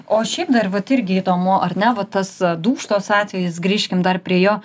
o šiaip dar vat irgi įdomu ar ne vat tas dūkštos atvejis grįžkim dar prie jo